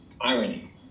irony